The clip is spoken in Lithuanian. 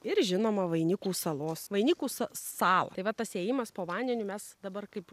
ir žinoma vainikų salos vainikų sa salą tai va tas įėjimas po vandeniu mes dabar kaip